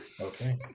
Okay